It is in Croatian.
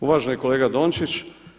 Uvaženi kolega Dončić.